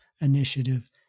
initiative